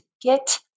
get